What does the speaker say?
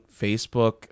Facebook